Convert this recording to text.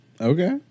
Okay